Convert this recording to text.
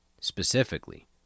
Specifically